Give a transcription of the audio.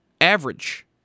average